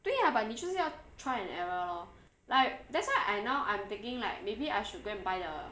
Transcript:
对 ah but 你就是要 try and error lor like that's why I now I'm thinking like maybe I should go and buy the